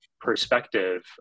perspective